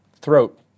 throat